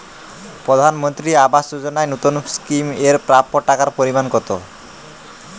প্রধানমন্ত্রী আবাস যোজনায় নতুন স্কিম এর প্রাপ্য টাকার পরিমান কত?